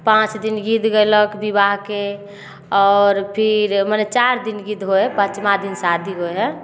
पाँच दिन गीत गयलक विवाहके आओर फिर मने चारि दिन गीत होइ ह शइ पाँचमा दिन शादी होइ हइ